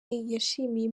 yashimiye